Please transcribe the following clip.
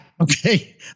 Okay